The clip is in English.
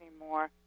anymore